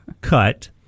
cut